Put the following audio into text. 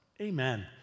Amen